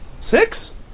Six